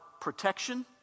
protection